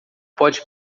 pode